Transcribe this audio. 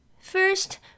first